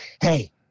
hey